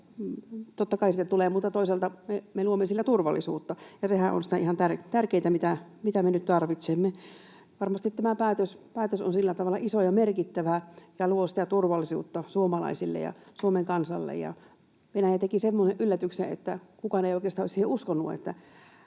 totta kai siitä tulee. Mutta toisaalta me luomme sillä turvallisuutta, ja sehän on sitä ihan tärkeintä, mitä me nyt tarvitsemme. Varmasti tämä päätös on sillä tavalla iso ja merkittävä ja luo sitä turvallisuutta suomalaisille ja Suomen kansalle. Venäjä teki semmoisen yllätyksen, että kukaan ei oikeastaan siihen uskonut,